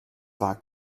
war